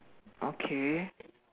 okay